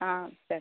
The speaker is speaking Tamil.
ஆ சரி